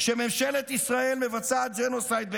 שממשלת ישראל מבצעת ג'נוסייד בעזה,